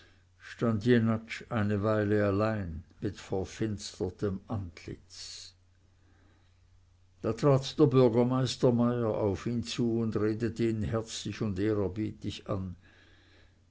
stand jenatsch eine weile allein mit verfinstertem antlitz da trat der bürgermeister meyer auf ihn zu und redete ihn herzlich und ehrerbietig an